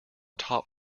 top